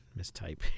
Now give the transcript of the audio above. mistype